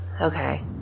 Okay